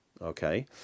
okay